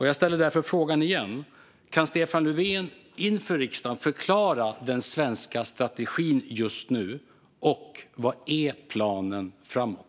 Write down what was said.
Jag ställer därför frågan igen: Kan Stefan Löfven inför riksdagen förklara den svenska strategin just nu? Och vad är planen framåt?